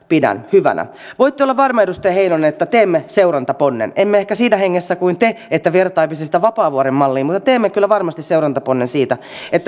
pidän hyvänä voitte olla varma edustaja heinonen että teemme seurantaponnen emme ehkä siinä hengessä kuin te että vertaisimme vapaavuoren malliin mutta teemme kyllä varmasti seurantaponnen siitä